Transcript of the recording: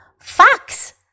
Fox